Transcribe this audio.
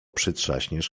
przytrzaśniesz